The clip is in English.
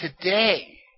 today